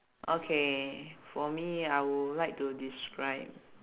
okay for me I would like to describe